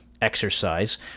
exercise